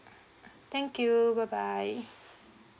thank you bye bye